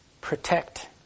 Protect